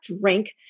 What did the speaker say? drink